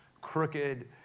crooked